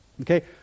okay